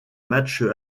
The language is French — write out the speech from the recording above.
matchs